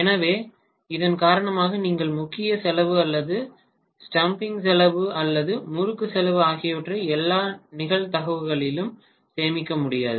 எனவே இதன் காரணமாக நீங்கள் முக்கிய செலவு அல்லது ஸ்டாம்பிங் செலவு அல்லது முறுக்கு செலவு ஆகியவற்றை எல்லா நிகழ்தகவுகளிலும் சேமிக்க முடியாது